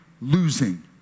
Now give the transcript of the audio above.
losing